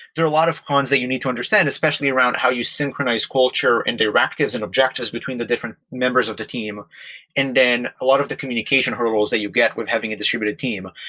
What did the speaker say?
there are a lot of cons that you need to understand, especially around how you synchronize culture and directives and objectives between the different members of the team and then a lot of the communication hurdles that you get with having a distributed team.